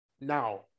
Now